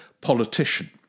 politician